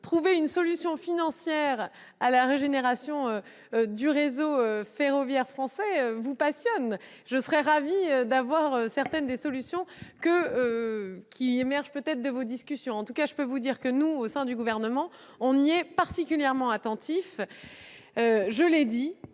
trouver une solution financière à la régénération du réseau ferroviaire français vous passionne, et je serais ravie d'avoir connaissance de certaines des solutions qui émergent peut-être de vos discussions ! En tout cas, je puis vous dire que, au sein du Gouvernement, nous sommes particulièrement attentifs à la